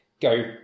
go